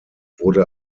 wurde